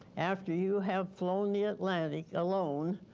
after you have flown the atlantic alone,